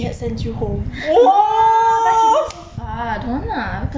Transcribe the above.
no ah but he live so far don't want ah so late already